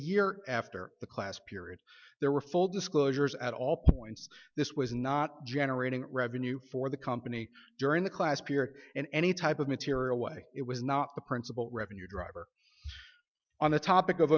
year after the class period there were full disclosures at all points this was not generating revenue for the company during the class peer in any type of material way it was not the principal revenue driver on the topic of